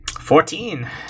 Fourteen